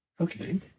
Okay